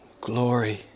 glory